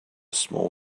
small